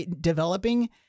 developing